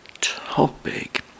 topic